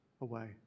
away